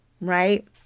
right